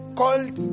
called